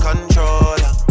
Controller